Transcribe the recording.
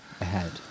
ahead